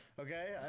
Okay